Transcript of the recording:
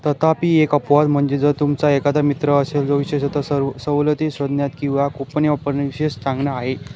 तथापि एक अपवाद म्हणजे ज तुमचा एखादा मित्र असेल जो विशेषतः सर्व सवलती शोधण्यात किंवा कूपने वापरणे विशेष चांगला आहे